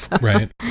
Right